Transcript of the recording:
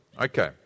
okay